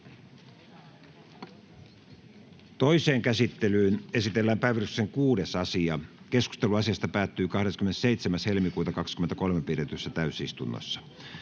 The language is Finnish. Toiseen käsittelyyn esitellään päiväjärjestyksen 6. asia. Keskustelu asiasta päättyi 27.2.2023 pidetyssä täysistunnossa.